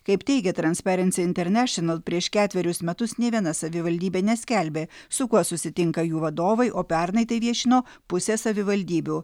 kaip teigia transparency international prieš ketverius metus nė viena savivaldybė neskelbė su kuo susitinka jų vadovai o pernai tai viešino pusė savivaldybių